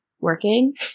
working